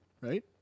right